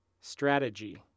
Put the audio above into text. Strategy